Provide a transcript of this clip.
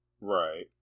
Right